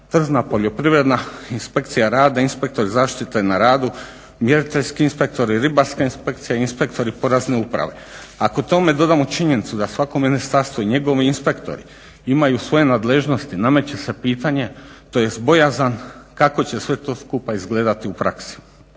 tržna, poljoprivredna, inspekcija rada, inspektori zaštite na radu, mjeriteljski inspektori, ribarska inspekcija, inspektori porezne uprave. Ako tome dodamo činjenicu da svako ministarstvo i njegovi inspektori imaju svoje nadležnosti nameće se pitanje tj. bojazan kako će sve to skupa izgledati u praksi.